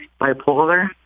bipolar